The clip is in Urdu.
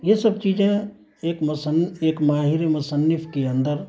یہ سب چیزیں ایک ایک ماہر مصنف کے اندر